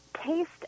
taste